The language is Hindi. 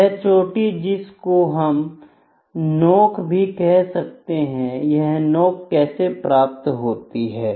यह चोटी है जिसको हम नोक भी कह सकते हैं यह नोक कैसे प्राप्त होती है